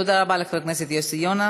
תודה רבה לחבר הכנסת יוסי יונה.